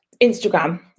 Instagram